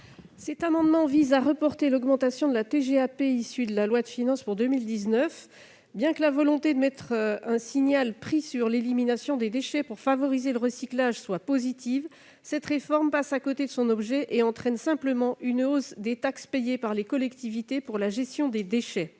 Cet amendement vise à reporter l'augmentation de la TGAP issue de la loi de finances pour 2019. Bien que la volonté de créer un signal-prix sur l'élimination des déchets pour favoriser le recyclage soit positive, cette réforme passe à côté de son objet et entraîne simplement une hausse des taxes payées par les collectivités pour la gestion des déchets.